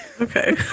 Okay